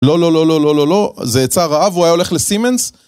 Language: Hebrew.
לא, לא, לא, לא, לא, לא, לא, זה היצע רעב, הוא היה הולך לסימנס.